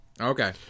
Okay